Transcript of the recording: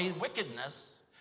wickedness